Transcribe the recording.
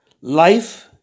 Life